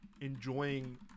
enjoying